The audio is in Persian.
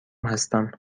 هستم